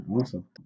awesome